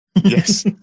Yes